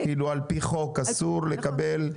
על פי חוק אסור לקבל,